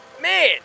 man